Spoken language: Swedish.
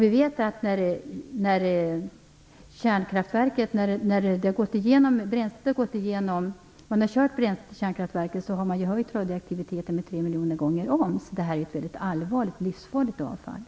Vi vet att när bränslet har gått igenom kärnkraftverket har radioaktiviteten höjts tre miljoner gånger. Så det här är alltså ett livsfarligt avfall.